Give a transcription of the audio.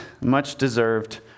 much-deserved